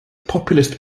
populist